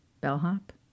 bellhop